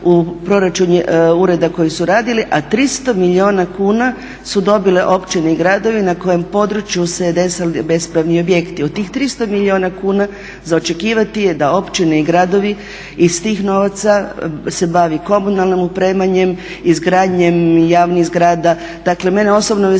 u proračun ureda koji su radili, a 300 milijuna kuna su dobile općine i gradovi na kojem području se … bespravni objekti. Od tih 300 milijuna kuna za očekivati je da općine i gradovi iz tih novaca se bavi komunalnim opremanjem, izgradnjom javnih zgrada. Dakle, mene osobno veseli